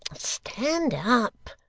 stand up